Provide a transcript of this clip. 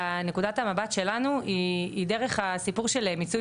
ומנקודת המבט שלנו היא דרך הסיפור של מיצוי